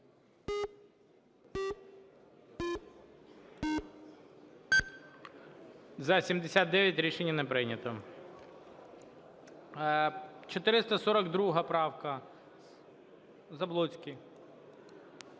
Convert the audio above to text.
За-79 Рішення не прийнято. 442 правка, Заблоцький.